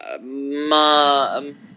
mom